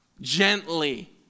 gently